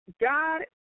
God